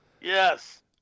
Yes